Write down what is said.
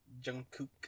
Jungkook